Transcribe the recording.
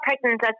pregnant